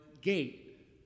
gate